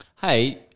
Hey